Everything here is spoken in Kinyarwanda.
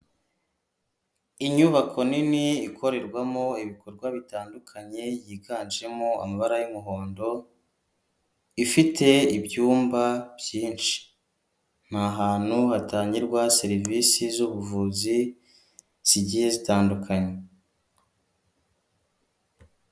Inyubako nini ikorerwamo ibikorwa bitandukanye, yiganjemo amabara y'umuhondo, ifite ibyumba byinshi, ni ahantu hatangirwa serivisi z'ubuvuzi zigiye zitandukanye.